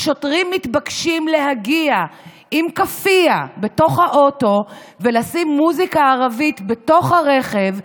התבקשו להגיע עם כאפייה בתוך האוטו ולשים מוזיקה ערבית בתוך הרכב,